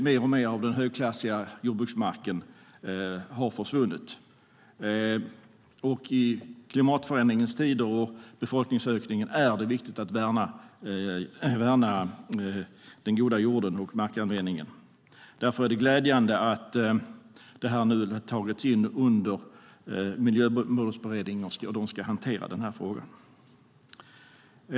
Mer och mer av den högklassiga jordbruksmarken har försvunnit, och i klimatförändringens och befolkningsökningens tider är det viktigt att värna den goda jorden och markanvändningen. Därför är det glädjande att detta nu har tagits in i Miljömålsberedningen så att den ska hantera frågan.